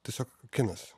tiesiog kinas